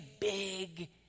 big